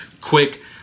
quick